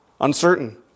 Uncertain